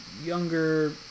younger